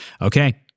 okay